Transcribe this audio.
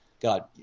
God